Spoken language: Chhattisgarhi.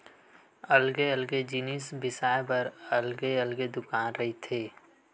अलगे अलगे जिनिस बिसाए बर अलगे अलगे दुकान रहिथे